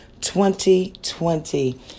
2020